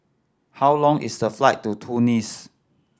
how long is the flight to Tunis